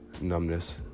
numbness